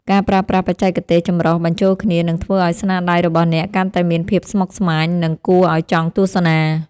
ការប្រើប្រាស់បច្ចេកទេសចម្រុះបញ្ចូលគ្នានឹងធ្វើឱ្យស្នាដៃរបស់អ្នកកាន់តែមានភាពស្មុគស្មាញ និង គួរឱ្យចង់ទស្សនា។